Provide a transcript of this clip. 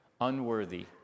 unworthy